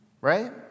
Right